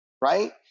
right